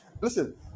Listen